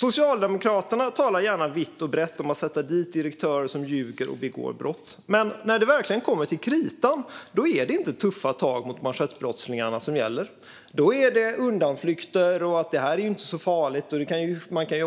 Socialdemokraterna talar gärna vitt och brett om att sätta dit direktörer som ljuger och begår brott. Men när det verkligen kommer till kritan är det inte tuffa tag mot manschettbrottslingarna som gäller. Då är det undanflykter som gäller, och man säger att detta inte är så farligt och att man kan